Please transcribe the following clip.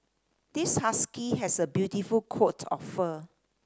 this husky has a beautiful coat of fur